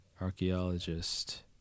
Archaeologist